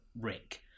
Rick